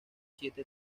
siete